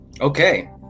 Okay